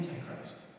antichrist